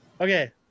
okay